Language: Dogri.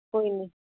कोई निं